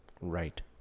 Right